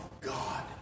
God